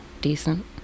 Decent